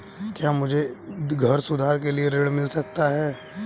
क्या मुझे घर सुधार के लिए ऋण मिल सकता है?